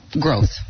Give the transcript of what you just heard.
growth